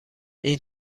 این